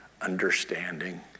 understanding